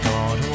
God